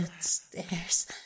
stairs